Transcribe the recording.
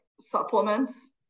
supplements